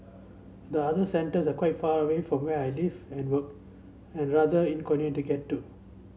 the other centres are quite far away from where I live and work and rather inconvenient to get to